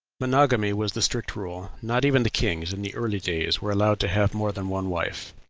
monogamy was the strict rule not even the kings, in the early days, were allowed to have more than one wife.